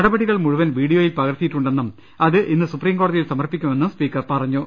നടപടികൾ മുഴുവൻ വീഡിയോയിൽ പകർത്തിയിട്ടുണ്ടെന്നും അത് ഇന്ന് സൂപ്രീ കോടതി യിൽ സമർപ്പിക്കുമെന്നും സ്പീക്കർ പറഞ്ഞു